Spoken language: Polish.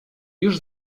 już